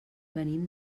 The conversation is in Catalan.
venim